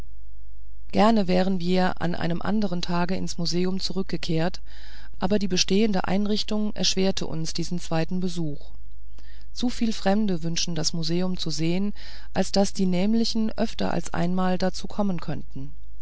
gern wären wir an einem anderen tage ins museum zurückgekehrt aber die bestehende einrichtung erschwerte uns diesen zweiten besuch zuviel fremde wünschten das museum zu sehen als daß die nämlichen öfter als einmal dazu kommen könnten